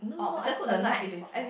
no I cook the night before